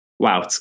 Wow